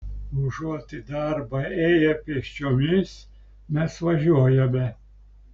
užuot į darbą ėję pėsčiomis mes važiuojame